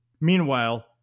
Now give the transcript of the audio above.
Meanwhile